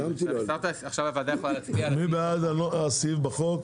מי בעד הסעיף בחוק?